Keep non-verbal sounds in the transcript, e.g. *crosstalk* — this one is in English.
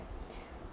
*breath*